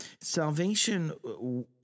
Salvation